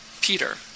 Peter